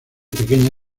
pequeña